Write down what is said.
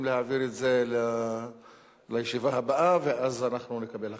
להעביר את זה לישיבה הבאה ואז נקבל החלטות.